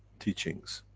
teachings